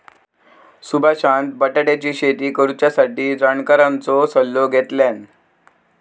सुभाषान बटाट्याची शेती करुच्यासाठी जाणकारांचो सल्लो घेतल्यान